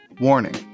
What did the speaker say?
warning